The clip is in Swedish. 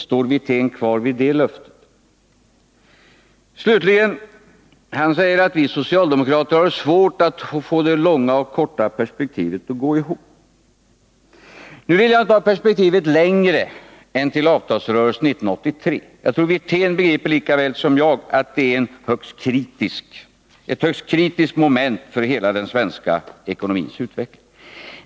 Står Rolf Wirtén kvar vid det löftet? För det tredje säger Rolf Wirtén att vi socialdemokrater har svårt att få det långa och det korta perspektivet att gå ihop. Nu vill jag inte ha perspektivet längre än till avtalsrörelsen 1983. Jag tror att Rolf Wirtén begriper lika väl som jag att den är ett högst kritiskt moment för hela den svenska ekonomins utveckling.